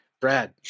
Brad